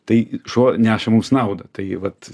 tai šuo neša mums naudą tai vat